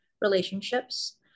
relationships